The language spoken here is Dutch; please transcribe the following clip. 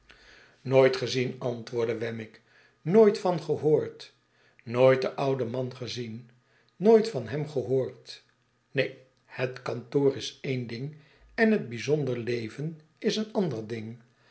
nooit gezien antwoordde wemmick nooit van gehoord nooit den ouden man gezien nooit van hem gehoord neen het kantoor is een ding en het bijzonder leven is een ander ding